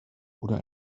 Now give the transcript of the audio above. oder